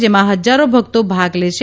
જેમાં હજારો ભક્તો ભાગ લે છે